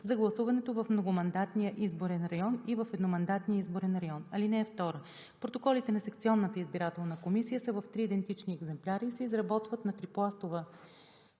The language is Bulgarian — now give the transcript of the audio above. за гласуването в многомандатния изборен район и в едномандатния изборен район. (2) Протоколите на секционната избирателна комисия са в три идентични екземпляра и се изработват на трипластова